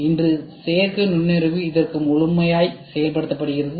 இன்று செயற்கை நுண்ணறிவு இதற்கு முழுமையாய் பயன்படுத்தப்படுகிறது